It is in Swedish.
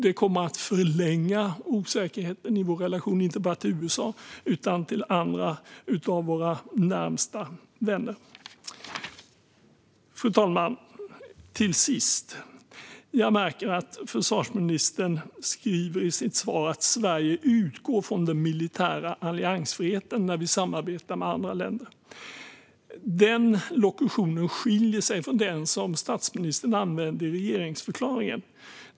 Det kommer att förlänga osäkerheten i vår relation inte bara till USA utan även till andra av våra närmaste vänner. Till sist, fru talman: Försvarsministern sa i sitt svar att Sverige utgår från den militära alliansfriheten när vi samarbetar med andra länder. Denna lokution skiljer sig från den som statsministern använde i regeringsförklaringen.